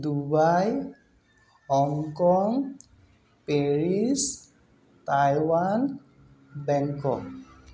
Dubai Hong Kong Paris Taiwan Bangkok